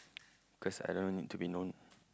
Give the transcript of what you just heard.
cause I don't need to be known